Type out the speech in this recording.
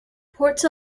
ports